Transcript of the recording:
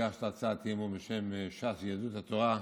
הגשת הצעת אי-אמון בשם ש"ס ויהדות התורה.